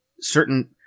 certain